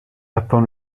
upon